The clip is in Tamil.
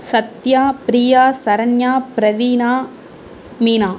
சத்யா ப்ரியா சரண்யா ப்ரவீனா மீனா